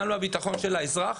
גם לביטחון של האזרח.